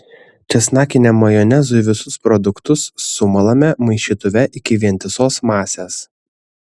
česnakiniam majonezui visus produktus sumalame maišytuve iki vientisos masės